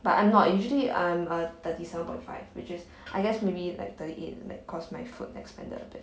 but I'm not usually I'm a thirty seven point five which is I guess maybe like thirty eight like because my foot expanded a bit